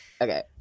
Okay